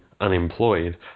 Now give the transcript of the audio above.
unemployed